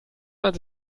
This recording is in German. man